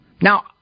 Now